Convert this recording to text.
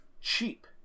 cheap